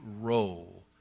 role